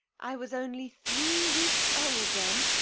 i was only three weeks old then.